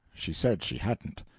she said she hadn't.